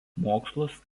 mokslus